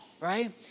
right